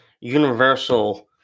Universal